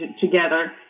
together